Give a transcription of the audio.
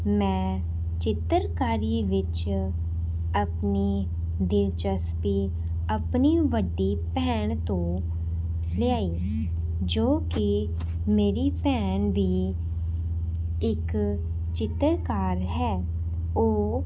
ਮੈਂ ਚਿੱਤਰਕਾਰੀ ਵਿੱਚ ਆਪਣੀ ਦਿਲਚਸਪੀ ਆਪਣੀ ਵੱਡੀ ਭੈਣ ਤੋਂ ਲਿਆਈ ਜੋ ਕਿ ਮੇਰੀ ਭੈਣ ਵੀ ਇੱਕ ਚਿੱਤਰਕਾਰ ਹੈ ਉਹ